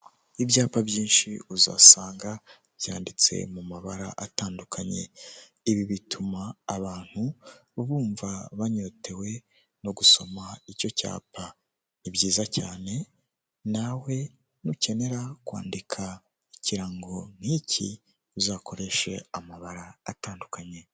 Ibyapa byinshi uzasanga byanditse mu mabara atandukanye, ibi bituma abantu bumva banyotewe no gusoma icyo cyapa. Ni byiza cyane nawe nukenera kwandika ikirango nk'iki uzakoreshe amabara atandukanye.